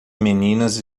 meninas